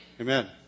Amen